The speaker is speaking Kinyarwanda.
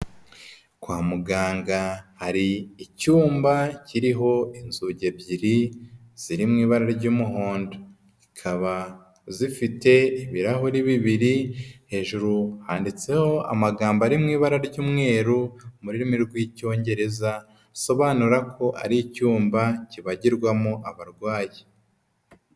Kwa muganga hari icyumba kiriho inzugi ebyiri ziri mu ibara ry'umuhondo, zikaba zifite ibirahuri bibiri, hejuru handitseho amagambo ari mu ibara ry'umweru mu rurimi rw'icyongereza asobanura ko ari icyumba kibagirwamo abarwayi.